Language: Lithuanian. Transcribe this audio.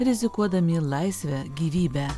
rizikuodami laisve gyvybe